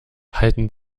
halten